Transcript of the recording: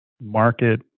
market